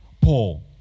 Paul